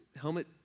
Helmet